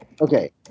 okay